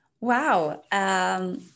Wow